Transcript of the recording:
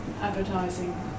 advertising